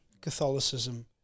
Catholicism